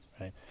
right